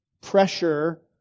pressure